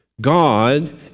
God